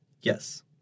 Yes